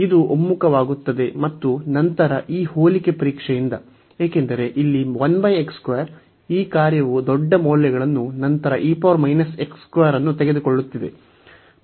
ಇದು ಒಮ್ಮುಖವಾಗುತ್ತದೆ ಮತ್ತು ನಂತರ ಈ ಹೋಲಿಕೆ ಪರೀಕ್ಷೆಯಿಂದ ಏಕೆಂದರೆ ಇಲ್ಲಿ ಈ ಕಾರ್ಯವು ದೊಡ್ಡ ಮೌಲ್ಯಗಳನ್ನು ನಂತರ ಅನ್ನು ತೆಗೆದುಕೊಳ್ಳುತ್ತಿದೆ